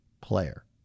player